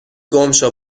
گمشو